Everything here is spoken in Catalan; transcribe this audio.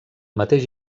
mateix